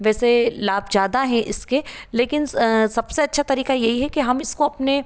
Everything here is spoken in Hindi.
वैसे लाभ ज़्यादा हैं इसके लेकिन सबसे अच्छा तरीका यही है कि हम इसको अपने